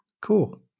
cool